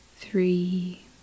three